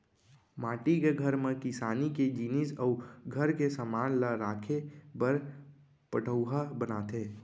माटी के घर म किसानी के जिनिस अउ घर के समान ल राखे बर पटउहॉं बनाथे